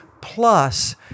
plus